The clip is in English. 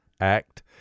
Act